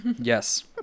Yes